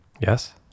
Yes